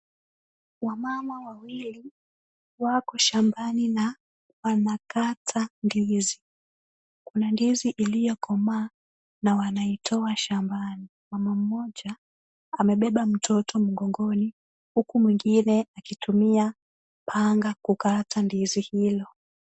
Wamama wawili wako shambani na wanakata ndizi. Kuna ndizi iliyokomaa na wanaitoa shambani. Mama mmoja amebeba mtoto mgongoni huku mwingine akitumia panga kukata ndizi hilo.